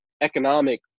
economic